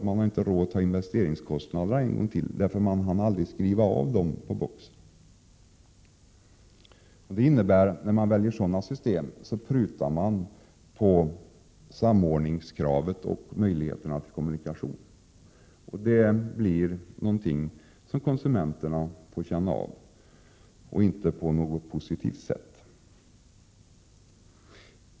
Man har inte råd med nya investeringskostnader därför att man inte hann med avskrivningarna för BOKSER. När man väljer nya sådana system prutar man på samordningskravet och möjligheterna till kommunikation, och det är någonting som konsumenterna får känna av — men inte på ett positivt sätt.